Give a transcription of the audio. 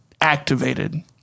activated